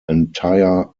entire